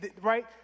right